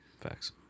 Facts